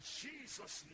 jesus